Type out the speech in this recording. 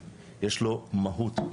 יש לו מהות,